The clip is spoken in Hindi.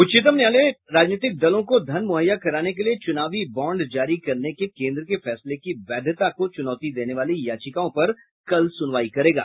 उच्चतम न्यायालय राजनीतिक दलों को धन मूहैया कराने के लिए चूनावी बॉड जारी करने के केन्द्र के फैसले की वैधता को चुनौती देने वाली याचिकाओं पर कल सुनवाई करेगा